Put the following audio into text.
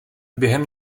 během